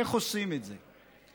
איך עושים את זה?